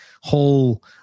whole